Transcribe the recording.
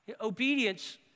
Obedience